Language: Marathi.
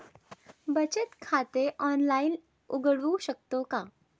बचत खाते ऑनलाइन उघडू शकतो का?